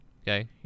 Okay